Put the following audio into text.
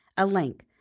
a lank,